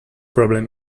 problem